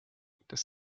das